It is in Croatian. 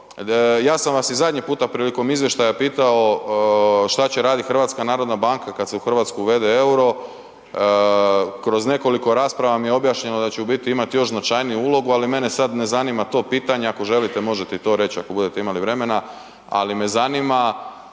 ja sam vas i zadnji puta prilikom izvještaja pitao šta će radit HNB kad se u RH uvede EUR-o, kroz nekoliko rasprava mi je objašnjeno da ću u biti imat još značajniju ulogu, ali mene sad ne zanima to pitanje, ako želite možete i to reć ako budete imali vremena, ali me zanima